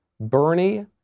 Bernie